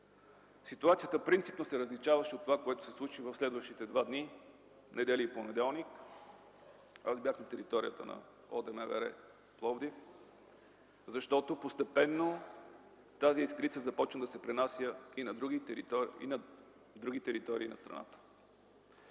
Ситуацията принципно се различаваше от това, което се случи в следващите два дни – неделя и понеделник. Аз бях на територията на ОДМВР – Пловдив, защото постепенно тази искрица започна да се пренася и на други територии на страната.